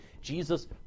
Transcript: Jesus